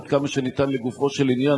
עד כמה שניתן לגופו של עניין,